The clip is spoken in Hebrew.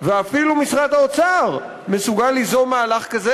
ואפילו משרד האוצר מסוגל ליזום מהלך כזה